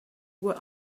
were